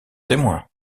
témoins